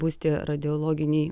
bus tie radiologiniai